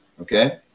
okay